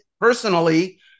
personally